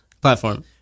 platform